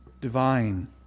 divine